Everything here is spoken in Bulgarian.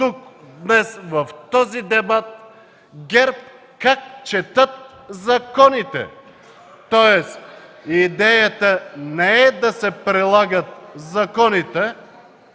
тук, днес в този дебат, как ГЕРБ чете законите. Тоест идеята не е да се прилагат законите,